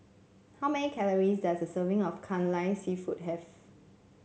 how many calories does a serving of Kai Lan seafood have